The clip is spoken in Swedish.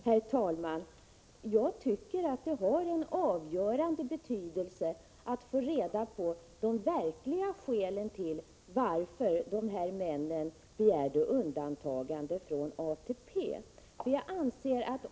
Herr talman! Jag tycker att det har en avgörande betydelse att vi får reda på de verkliga skälen till att dessa män begärde undantagande från ATP.